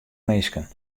minsken